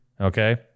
Okay